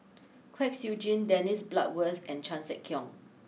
Kwek Siew Jin Dennis Bloodworth and Chan Sek Keong